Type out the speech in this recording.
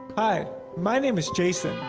hi. my name is jason,